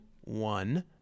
one